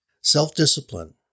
Self-discipline